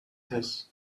his